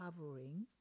covering